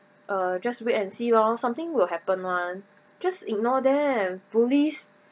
uh just wait and see lor something will happen [one] just ignore them bullies